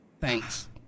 Thanks